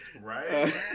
Right